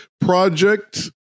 project